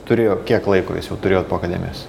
turėjo kiek laiko jūs jau turėjot po akademijos